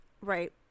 right